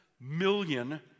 million